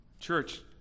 Church